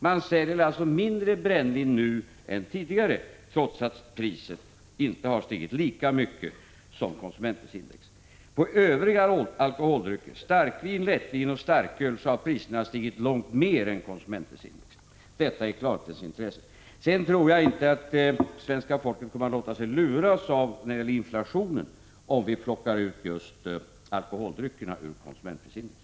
Man säljer alltså mindre brännvin nu än tidigare, trots att priset inte har stigit lika mycket som konsumentprisindex. På övriga alkoholdrycker — starkvin, lättvin och starköl — har priserna stigit långt mer 53 än konsumentprisindex. Detta i klarhetens intresse. Sedan tror jag inte att svenska folket kommer att låta sig luras av, när det gäller inflationen, om vi plockar ut just alkoholdryckerna ur konsumentprisindex.